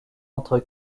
entre